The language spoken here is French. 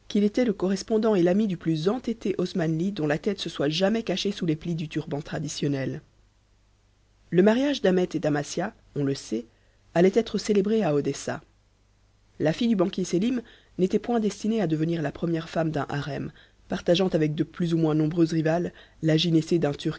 le correspondant et l'ami du plus entêté osmanli dont la tête se soit jamais cachée sous les plis du turban traditionnel le mariage d'ahmet et d'amasia on le sait allait être célébré à odessa la fille du banquier sélim n'était point destinée à devenir la première femme d'un harem partageant avec de plus ou moins nombreuses rivales le